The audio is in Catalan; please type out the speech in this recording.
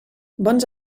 bons